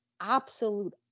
absolute